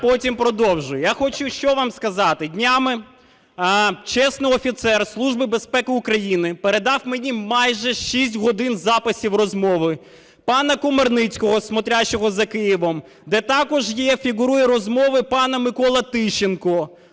Я хочу що вам сказати, днями чесний офіцер Служби безпеки України передав мені майже 6 годин записів розмови пана Комарницького, "смотрящего" за Києвом, де також є, фігурують розмови пана Миколи Тищенка.